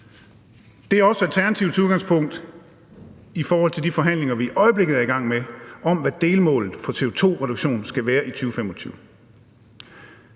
Det er også Alternativets udgangspunkt i forhold til de forhandlinger, vi i øjeblikket er i gang med, om, hvad delmålet for CO2-reduktionen skal være i 2025.